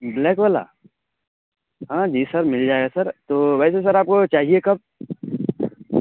black والا ہاں جی سر مل جائے گا سر تو ویسے سر آپ کو چاہیے کب